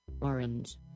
Orange